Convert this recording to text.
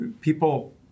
people